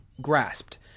grasped